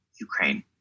Ukraine